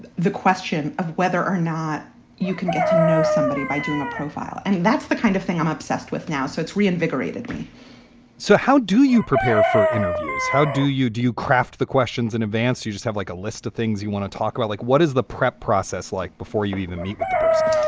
the question of whether or not you can get to know somebody by doing a profile. and that's the kind of thing i'm obsessed with now. so it's reinvigorated me so how do you prepare for interviews? how do you do you craft the questions in advance? you just have like a list of things you want to talk about, like what is the prep process like before you even meet with the person?